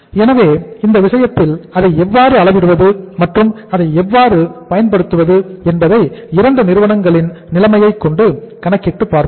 எனவே இந்த விஷயத்தில் அதை எவ்வாறு அளவிடுவது மற்றும் அதை எவ்வாறு பயன்படுத்துவது என்பதை இரண்டு நிறுவனங்களின் நிலைமையை கொண்டு கணக்கிட்டு பார்ப்போம்